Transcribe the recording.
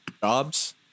jobs